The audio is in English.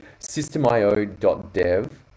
systemio.dev